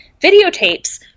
Videotapes